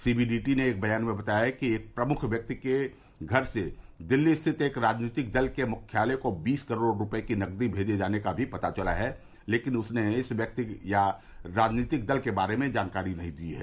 CBDT के एक बयान में बताया गया है कि एक प्रमुख व्यक्ति के घर से दिल्ली स्थित एक राजनीतिक दल के मुख्यालय को बीस करोड़ रूपये की नकदी भेजे जाने का भी पता चला है लेकिन उसने इस व्यक्ति या राजनीतिक दल के बारे में जानकारी नहीं दी है